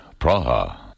Praha